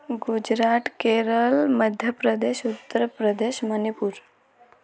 Gujarat Kerala Madhya Pradesh Uttar Pradesh Manipur